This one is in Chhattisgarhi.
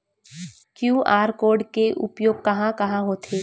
क्यू.आर कोड के उपयोग कहां कहां होथे?